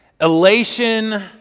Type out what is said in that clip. elation